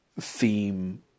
theme